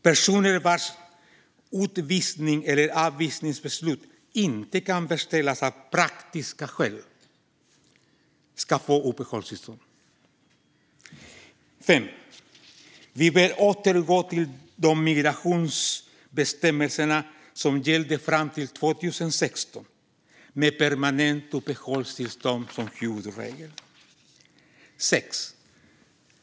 Personer vars utvisnings eller avvisningsbeslut av praktiska skäl inte kan verkställas ska få uppehållstillstånd. Vi bör återgå till de migrationsbestämmelser som gällde fram till 2016, med permanent uppehållstillstånd som huvudregel.